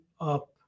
up